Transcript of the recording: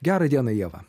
gerą dieną ieva